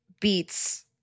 beats